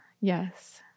yes